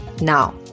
Now